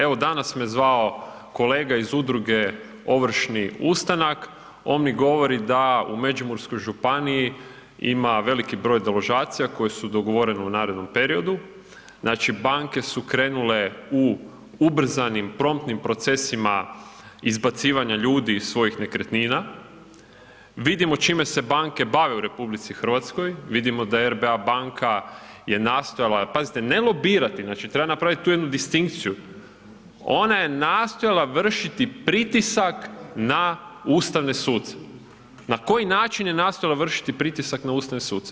Evo danas me zvao kolega iz Udruge Ovršni ustanak, on mi govori da u Međimurskoj županiji ima veliki broj deložacija koje su dogovorene u narednom periodu, znači banke su krenule u ubrzanim promptnim procesima izbacivanja ljudi iz svojih nekretnina, vidimo čime se banke bave u RH, vidimo da RBA banka je nastojala, pazite ne lobirati, znači treba napravit tu jednu distinkciju, ona je nastojala vršiti pritisak na Ustavne suce, na koji način je nastojala vršiti pritisak na ustavne suce?